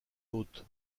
hôte